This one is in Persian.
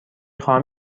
خواهم